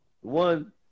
one